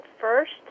first